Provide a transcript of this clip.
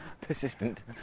persistent